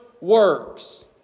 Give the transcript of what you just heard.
works